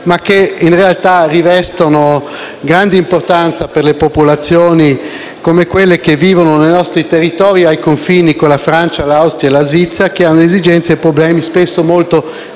ma che in realtà rivestono grande importanza per le popolazioni che vivono nei nostri territori ai confini con la Francia, l'Austria e la Svizzera, le quali hanno esigenze e problemi spesso molto diversi